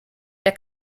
der